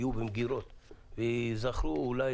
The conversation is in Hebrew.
יום אחד קודם